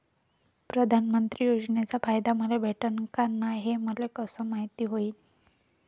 प्रधानमंत्री योजनेचा फायदा मले भेटनं का नाय, हे मले कस मायती होईन?